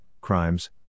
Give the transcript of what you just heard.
Crimes